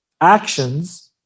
actions